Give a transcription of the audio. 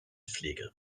pflege